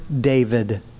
David